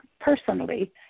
personally